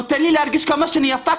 נותן לי להרגיש כמה שאני יפה,